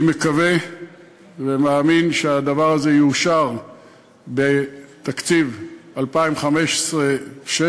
אני מקווה ומאמין שהדבר הזה יאושר בתקציב 2015 2016,